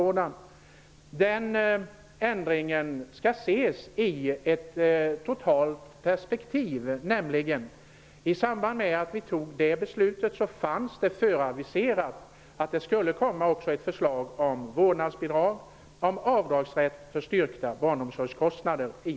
Denna ändring skall ses i ett totalt perspektiv. I samband med att vi fattade det beslutet hade aviserats att det också skulle komma ett förslag om vårdnadsbidrag och om avdragsrätt för styrka barnomsorgskostnader.